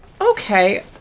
Okay